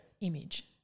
image